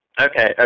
okay